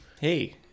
hey